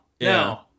no